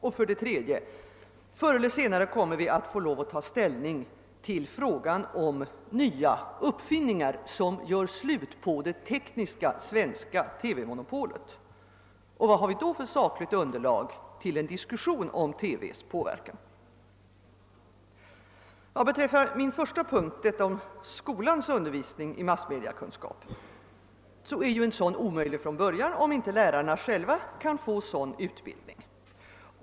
Slutligen måste vi förr celler senare ta ställning till frågan om nya uppfinningar som gör slut på det tekniska svenska TV-monopolet, och vad har vi då för sakligt underlag för en diskussion om TV:s påverkan? Vad beträffar den första punkten, alltså skolans undervisning i massmediakunskap, är den omöjliggjord från början om inte lärarna själva kan få sådan utbildning.